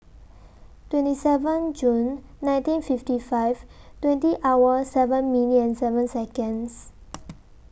twenty seven June nineteen fifty five twenty hour seven minutes and seven Seconds